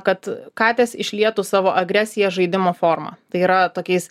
kad katės išlietų savo agresiją žaidimo forma tai yra tokiais